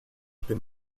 bin